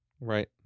Right